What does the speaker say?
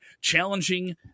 challenging